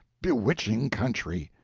bewitching country.